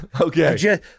Okay